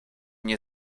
nie